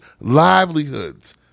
livelihoods